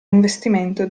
investimento